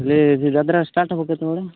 ହେଲେ ସେ ଯାତ୍ରା ଷ୍ଟାର୍ଟ ହେବ କେତେବେଳେ